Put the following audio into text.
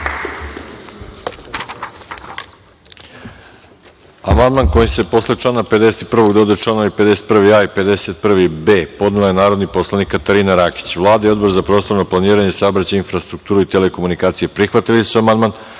Amandman kojim se posle člana 51. dodaju članovi 51a i 51b, podnela je narodni poslanik Katarina Rakić. Vlada i Odbor za prostorno planiranje saobraćaja, infrastrukturu i telekomunikacije, prihvatili su amandman,